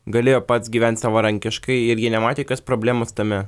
galėjo pats gyvent savarankiškai ir jie nematė jokios problemos tame